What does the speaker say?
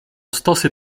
stosy